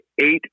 eight